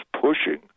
pushing